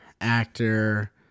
actor